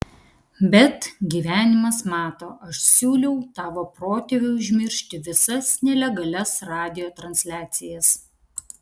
bet gyvenimas mato aš siūliau tavo protėviui užmiršti visas nelegalias radijo transliacijas